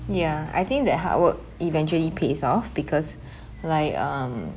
ya I think that hard work eventually pays off because like um